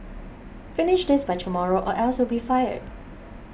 finish this by tomorrow or else you'll be fired